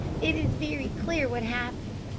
it is very clear what happened.